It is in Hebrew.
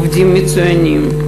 עובדים מצוינים,